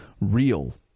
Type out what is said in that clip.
real